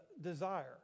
desire